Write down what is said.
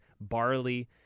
barley